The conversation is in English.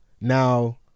Now